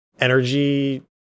energy